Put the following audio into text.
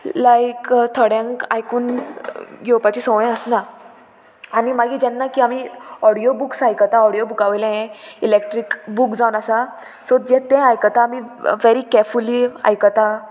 लायक थोड्यांक आयकून घेवपाची संवय आसना आनी मागीर जेन्ना की आमी ऑडियो बूक आयकता ऑडियो बुका वयले हे इलेक्ट्रीक बूक जावन आसा सो जे ते आयकता आमी वेरी केरफुली आयकता